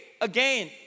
again